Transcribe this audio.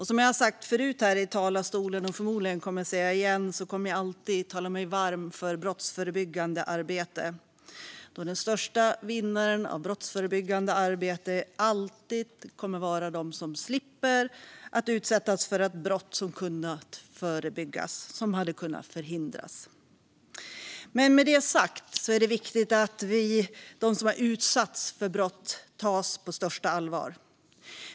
Som jag har sagt förut här i talarstolen, och förmodligen kommer att säga igen, kommer jag alltid att tala mig varm för brottsförebyggande arbete, då den största vinnaren av brottsförebyggande arbete alltid kommer att vara den som slipper att utsättas för ett brott som har kunnat förebyggas och förhindras. Men med detta sagt är det viktigt att de som har utsatts för brott tas på största allvar.